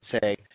say –